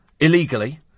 illegally